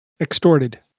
Extorted